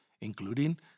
including